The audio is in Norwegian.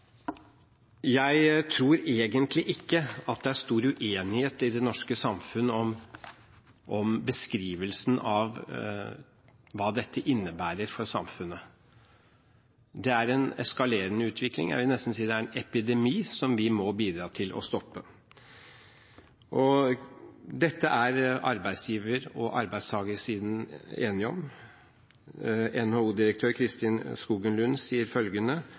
Jeg tror egentlig ikke at det i det norske samfunn er stor uenighet om beskrivelsen av hva dette innebærer for samfunnet. Det er en eskalerende utvikling – jeg vil si det nesten er en epidemi – som vi må bidra til at stopper. Dette er arbeidsgiversiden og arbeidstakersiden enige om. NHO-direktør Kristin Skogen Lund sier følgende: